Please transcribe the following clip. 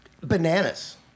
bananas